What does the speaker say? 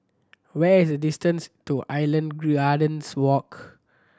where is the distance to Island Gardens Walk